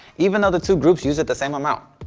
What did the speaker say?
even though the two groups use it the same amount.